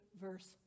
verse